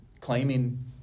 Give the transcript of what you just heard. claiming